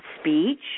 speech